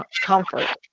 comfort